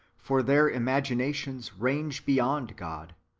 for their imagina tions range beyond god,